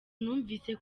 numvise